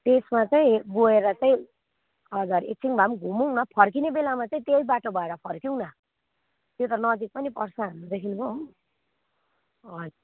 त्यसमा चाहिँ गएर चाहिँ हजार एकछिन भए पनि घुमौँ न फर्किने बेलामा चाहिँ त्यही बाटो भएर फर्कियौँ न त्यता नजिक पनि पर्छ हाम्रोदेखिको हो हजुर